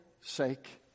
sake